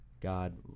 God